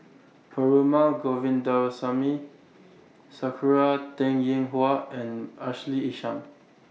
Perumal Govindaswamy Sakura Teng Ying Hua and Ashley Isham